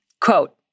Quote